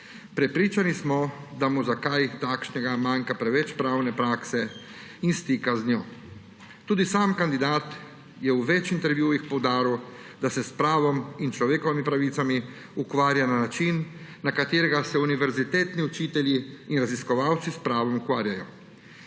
Prepričani smo, da mu za kaj takšnega manjka preveč pravne prakse in stika z njo. Tudi sam kandidat je v več intervjujih poudaril, da se s pravom in človekovimi pravicami ukvarja na način, na katerega se univerzitetni učitelji in raziskovalci s pravom ukvarjajo.